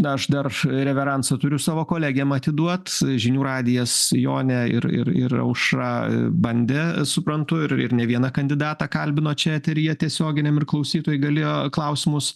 na aš dar reveransą turiu savo kolegėm atiduot žinių radijas jonė ir ir ir aušra bandė suprantu ir ir ne vieną kandidatą kalbino čia eteryje tiesioginiam ir klausytojai galėjo klausimus